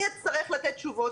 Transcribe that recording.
אני אצטרך לתת תשובות.